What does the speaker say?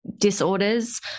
disorders